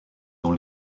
dans